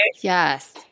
Yes